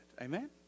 Amen